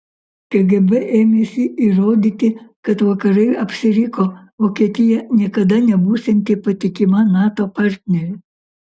kgb ėmėsi įrodyti kad vakarai apsiriko vokietija niekada nebūsianti patikima nato partnerė